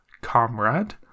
comrade